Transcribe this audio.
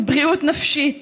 בבריאות נפשית,